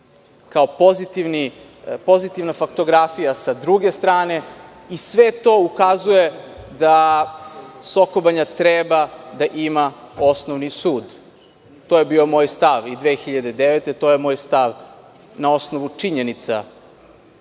kao pozitivna faktografija sa druge strane i sve to ukazuje da Soko Banja treba da ima osnovni sud. To je bio moj stav i 2009. godine, to je moj stav na osnovu činjenica